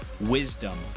wisdom